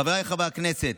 חבריי חברי הכנסת,